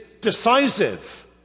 decisive